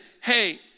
hey